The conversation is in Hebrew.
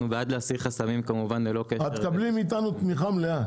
אנחנו בעד הסרת חסמים ללא קשר --- את תקבלי מאיתנו תמיכה מלאה,